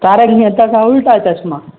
Tarak Mehta Ka Ooltah Chashmah